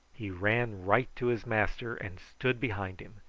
he ran right to his master and stood behind him,